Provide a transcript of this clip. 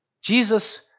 Jesus